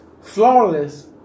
flawless